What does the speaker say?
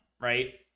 right